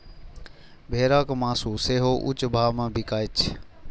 भेड़क मासु सेहो ऊंच भाव मे बिकाइत छै